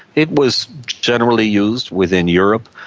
it was generally used within europe.